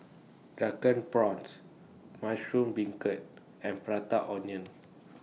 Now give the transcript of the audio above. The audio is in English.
Drunken Prawns Mushroom Beancurd and Prata Onion